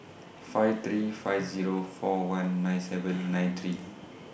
five three five Zero four one nine seven nine three